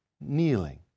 kneeling